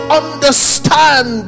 understand